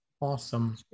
Awesome